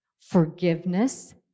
forgiveness